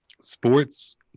sports